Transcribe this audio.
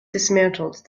dismantled